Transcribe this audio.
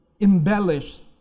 embellished